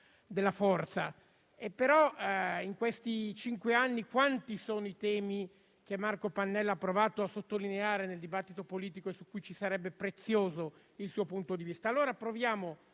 bisogno. Però, in questi cinque anni, sono tanti i temi che Marco Pannella ha provato a sottolineare nel dibattito politico e su cui ci sarebbe stato prezioso il tuo punto di vista. Proviamo,